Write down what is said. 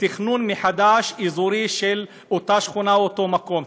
תכנון אזורי מחדש של אותה שכונה או אותו מקום.